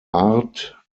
art